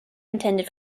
intended